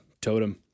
Totem